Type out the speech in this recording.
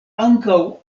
ankaŭ